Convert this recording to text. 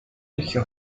eligió